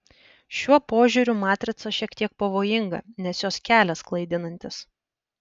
šiuo požiūriu matrica šiek tiek pavojinga nes jos kelias klaidinantis